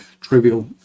trivial